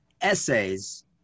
essays